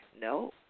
No